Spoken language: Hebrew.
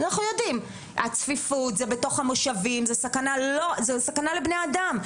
זו צפיפות בתוך המושבים, זו סכנה לבני אדם.